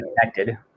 connected